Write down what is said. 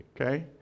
okay